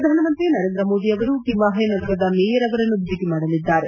ಪ್ರಧಾನಮಂತ್ರಿ ನರೇಂದ್ರ ಮೋದಿ ಅವರು ಕಿಮಾಹೆ ನಗರದ ಮೇಯರ್ ಅವರನ್ನು ಭೇಟಿ ಮಾಡಲಿದ್ದಾರೆ